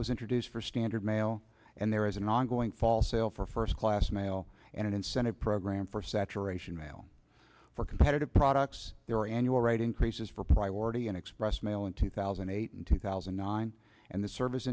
was introduced for standard mail and there is an ongoing fall sale for first class mail and an incentive program for saturation mail for competitive products their annual rate increases for priority and express mail in two thousand and eight and two thousand and nine and the service